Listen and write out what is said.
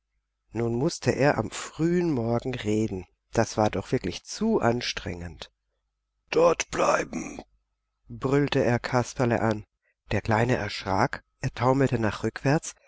nun mußte er am frühen morgen reden das war doch wirklich zu anstrengend dort bleiben brüllte er kasperle an der kleine erschrak er taumelte nach rückwärts